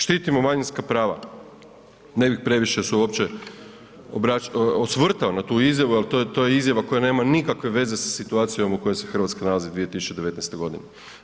Štitimo manjinska prava, ne bih previše se uopće osvrtao na tu izjavu jer to je izjava koja nema nikakve veze sa situacijom u kojoj se Hrvatska nalazi 2019. godine.